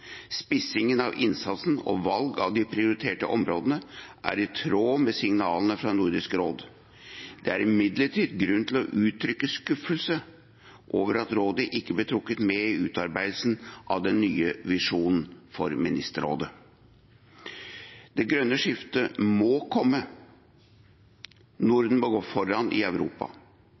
Spissingen av innsatsen og valg av de prioriterte områdene er i tråd med signalene fra Nordisk råd. Det er imidlertid grunn til å uttrykke skuffelse over at Rådet ikke ble trukket med i utarbeidelsen av den nye visjonen for Ministerrådet. Det grønne skiftet må komme. Norden må gå foran i Europa.